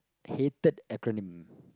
hated acronym